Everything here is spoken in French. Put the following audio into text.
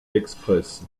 express